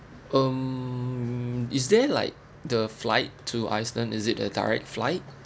um is there like the flight to iceland is it a direct flight